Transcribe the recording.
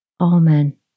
Amen